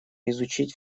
изучить